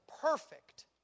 perfect